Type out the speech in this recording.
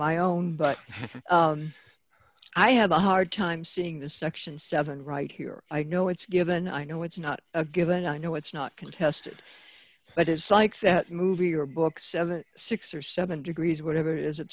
my own but i have a hard time seeing this section seven right here i know it's given i know it's not a given i know it's not contested but it's like that movie or book seventy six or seven degrees whatever it is